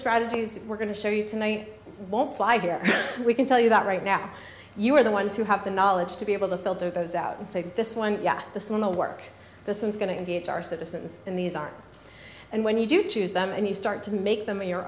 strategies we're going to show you tonight won't fly here we can tell you that right now you are the ones who have the knowledge to be able to filter those out and take this one yet the seminal work this is going to engage our citizens in these are and when you do choose them and you start to make them your